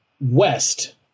west